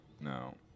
no